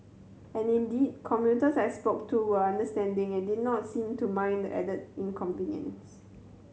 and indeed commuters I spoke to were understanding and did not seem to mind the added inconvenience